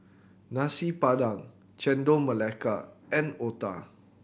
Nasi Padang Chendol Melaka and Otah